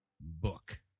book